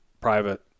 private